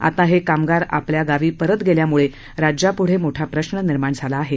आता हे कामगार आपल्या गावी परत गेल्यामुळे राज्यापुढे मोठा प्रश्न निर्माण झाला आहे